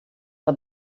but